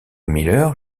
miller